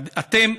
אתם